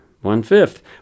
One-fifth